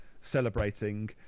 Celebrating